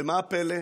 ומה הפלא?